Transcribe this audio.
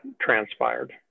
transpired